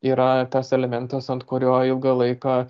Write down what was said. yra tas elementas ant kurio ilgą laiką